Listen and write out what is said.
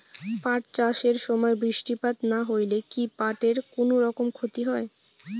পাট চাষ এর সময় বৃষ্টিপাত না হইলে কি পাট এর কুনোরকম ক্ষতি হয়?